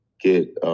get